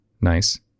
Nice